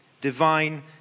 Divine